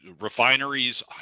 Refineries